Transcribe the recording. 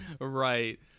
right